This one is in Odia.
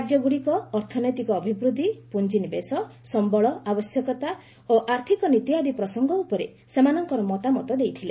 ରାଜ୍ୟଗୁଡ଼ିକ ଅର୍ଥନୈତିକ ଅଭିବୃଦ୍ଧି ପୁଞ୍ଜିନିବେଶ ସମ୍ଭଳ ଆବଶ୍ୟକତା ଓ ଆର୍ଥିକ ନୀତି ଆଦି ପ୍ରସଙ୍ଗ ଉପରେ ସେମାନଙ୍କର ମତାମତ ଦେଇଥିଲେ